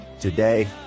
Today